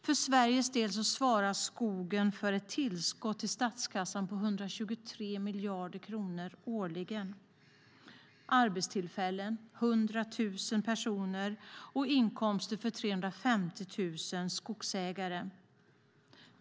För Sveriges del svarar skogen för ett tillskott till statskassan på 123 miljarder kronor årligen. Det skapar arbetstillfällen för 100 000 personer och ger inkomster till 350 000 skogsägare.